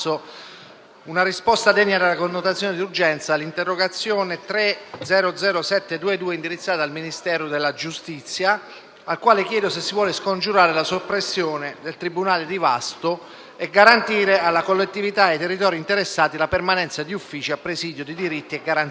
"Il link apre una nuova finestra"), indirizzata al Ministero della giustizia, al quale chiedo se si vuole scongiurare la soppressione del tribunale di Vasto e garantire alla collettività e ai territori interessati la permanenza di uffici a presidio di diritti e garanzie